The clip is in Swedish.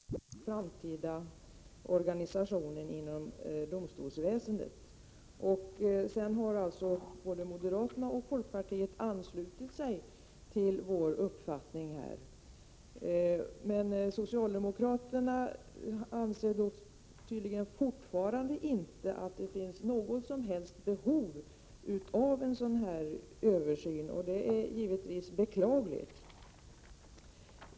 Herr talman! Vi har från centerns sida sedan 1985 aktualiserat denna fråga och tyckt att det är viktigt att vi gör klart för oss hur vi vill ha den framtida organisationen inom domstolsväsendet. Sedan dess har både moderaterna och folkpartiet anslutit sig till vår uppfattning, men socialdemokraterna anser tydligen fortfarande att det inte finns något behov av en sådan översyn. Det är givetvis beklagligt.